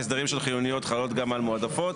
ההסדרים של חיוניות חלות גם על מועדפות.